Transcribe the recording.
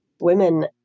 Women